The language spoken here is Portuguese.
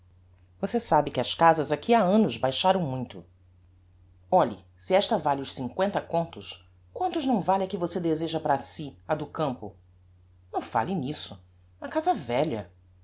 você sabe que as casas aqui ha annos baixaram muito olhe se esta vale os cincoenta contos quantos não vale a que você deseja para si a do campo não fale nisso uma casa velha